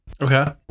Okay